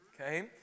okay